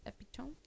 epitome